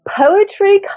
poetry